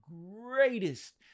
greatest